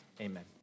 Amen